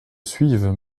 suivent